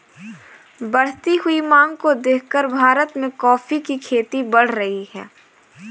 बढ़ती हुई मांग को देखकर भारत में कॉफी की खेती बढ़ रही है